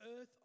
earth